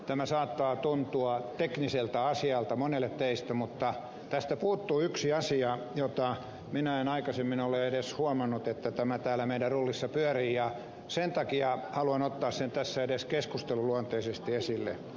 tämä saattaa tuntua tekniseltä asialta monelle teistä mutta tästä puuttuu yksi asia jota minä en aikaisemmin ole edes huomannut että tämä täällä meidän rullissa pyörii ja sen takia haluan ottaa sen tässä edes keskusteluluonteisesti esille